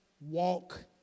walk